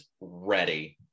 ready